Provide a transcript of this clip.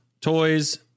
toys